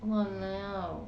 !walao!